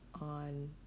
on